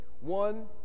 one